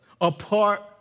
apart